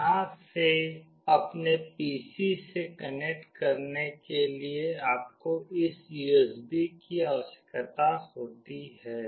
यहाँ से अपने पीसी से कनेक्ट करने के लिए आपको इस USB की आवश्यकता होती है